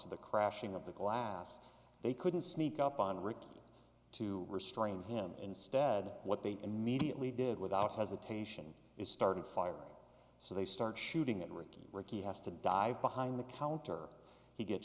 to the crashing of the glass they couldn't sneak up on rick to restrain him instead what they immediately did without hesitation he started firing so they start shooting at ricky ricky has to dive behind the counter he get